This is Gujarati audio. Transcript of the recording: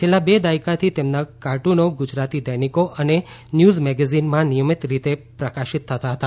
છેલ્લા બે દાયકાથી તેમના કાર્ટુનો ગુજરાતી દૈનિકો અને ન્યુઝ મેગેઝીનમાં નિયમિત રીતે પ્રકાશિત થતા હતા